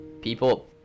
people